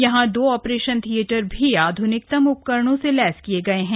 यहां दो operation theatre भी आधुनिकतम उपकरणों से लैस किये गये है